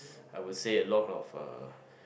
I would say a lot of uh